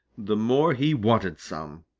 the more he wanted some.